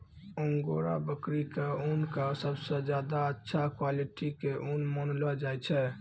angora बकरी के ऊन कॅ सबसॅ ज्यादा अच्छा क्वालिटी के ऊन मानलो जाय छै